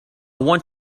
want